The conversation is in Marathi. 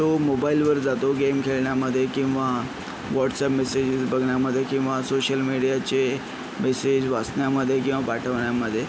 तो मोबाईलवर जातो गेम खेळण्यामध्ये किंवा वॉट्सअप मेसेजेस बघण्यामधे किंवा सोशल मीडियाचे मेसेज वाचण्यामधे किंवा पाठवण्यामधे